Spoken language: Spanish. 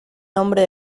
nombre